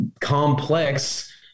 complex